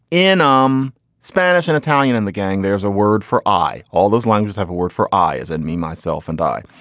in um spanish and italian in the gang, there's a word for i. all those languages have a word for eyes. and me, myself and i,